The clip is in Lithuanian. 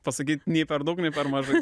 pasakyt nei per daug nei per mažai